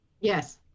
yes